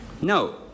No